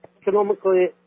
economically